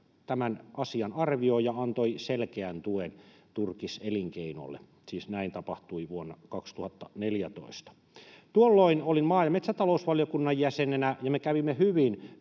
tämän asian arvioi ja antoi selkeän tuen turkiselinkeinolle. Siis näin tapahtui vuonna 2014. Tuolloin olin maa- ja metsätalousvaliokunnan jäsenenä, ja me kävimme hyvin